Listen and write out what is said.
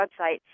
website